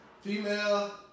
Female